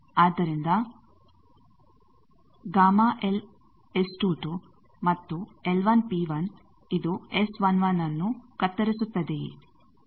ಆದ್ದರಿಂದ ಮತ್ತು ಇದು S11 ನ್ನು ಕತ್ತರಿಸುತ್ತದೆಯೇ